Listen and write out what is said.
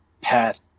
path